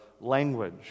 language